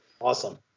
Awesome